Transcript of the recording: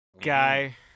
guy